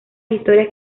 historias